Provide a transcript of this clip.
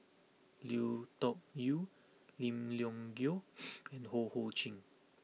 Lui Tuck Yew Lim Leong Geok and Ho Ho Ying